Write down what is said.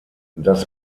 das